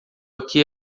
aqui